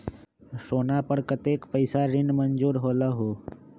सोना पर कतेक पैसा ऋण मंजूर होलहु?